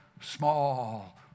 small